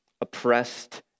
oppressed